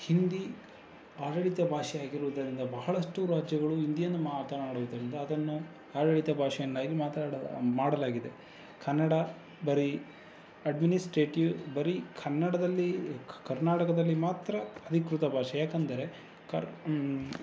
ಹಿಂದಿ ಆಡಳಿತ ಭಾಷೆಯಾಗಿರುವುದರಿಂದ ಬಹಳಷ್ಟು ರಾಜ್ಯಗಳು ಹಿಂದಿಯನ್ನು ಮಾತನಾಡುವುದರಿಂದ ಅದನ್ನು ಆಡಳಿತ ಭಾಷೆಯನ್ನಾಗಿ ಮಾತಾಡ ಮಾಡಲಾಗಿದೆ ಕನ್ನಡ ಬರೀ ಅಡ್ಮಿನಿಸ್ಟ್ರೇಟಿವ್ ಬರೀ ಕನ್ನಡದಲ್ಲಿ ಕರ್ನಾಟಕದಲ್ಲಿ ಮಾತ್ರ ಅಧಿಕೃತ ಭಾಷೆ ಯಾಕಂದರೆ ಕರ